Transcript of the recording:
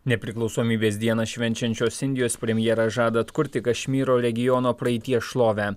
nepriklausomybės dieną švenčiančios indijos premjeras žada atkurti kašmyro regiono praeities šlovę